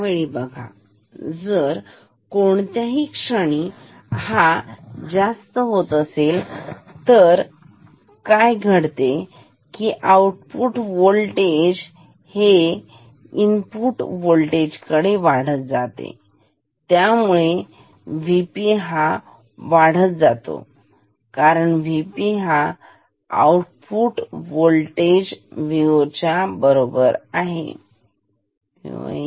ह्यावेळी बघा जर जर कोणत्याही क्षणी हा पेक्षा जास्त होत असेल तर काय घडते तर आउटपुट वाढते जर जास्त असेल तर आउटपुट वाढत जाते त्यामुळे VP वाढत जातो कारण VP हा आउटपुट होल्टेज VOवर अवलंबून आहे